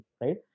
right